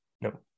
No